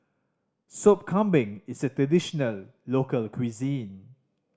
Sop Kambing is a traditional local cuisine